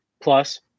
plus